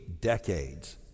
decades